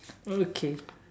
okay